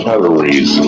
calories